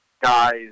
guys